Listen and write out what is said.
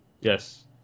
yes